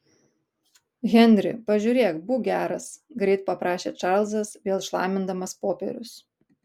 henri pažiūrėk būk geras greit paprašė čarlzas vėl šlamindamas popierius